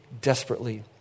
desperately